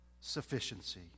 sufficiency